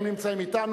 הם נמצאים אתנו.